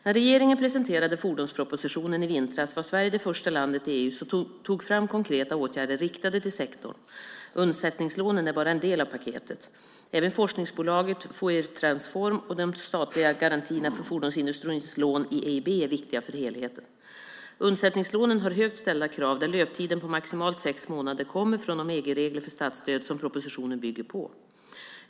När regeringen presenterade fordonspropositionen i vintras var Sverige det första landet i EU som tog fram konkreta åtgärder riktade till sektorn. Undsättningslånen är bara en del av paketet. Även forskningsbolaget Fouriertransform och de statliga garantierna för fordonsindustrins lån i EIB är viktiga för helheten. Undsättningslånen har högt ställda krav, där löptiden på maximalt sex månader kommer från de EG-regler för statsstöd som propositionen bygger på.